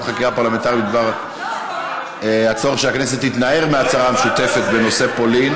חקירה פרלמנטרית בדבר הצורך שהכנסת תתנער מההצהרה המשותפת בנושא פולין.